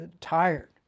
tired